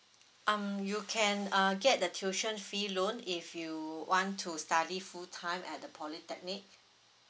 um you can uh get the tuition fee loan if you want to study full time at the polytechnic